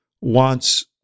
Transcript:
wants